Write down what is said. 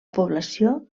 població